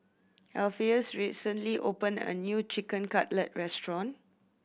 Alpheus recently opened a new Chicken Cutlet Restaurant